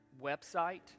website